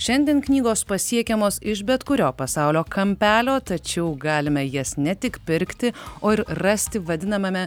šiandien knygos pasiekiamos iš bet kurio pasaulio kampelio tačiau galime jas ne tik pirkti o ir rasti vadinamame